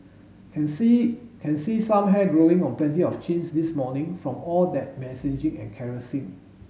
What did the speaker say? can see can see some hair growing on plenty of chins this morning from all that and caressing